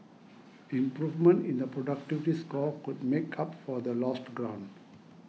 improvement in the productivity score could make up for the lost ground